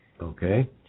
Okay